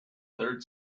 third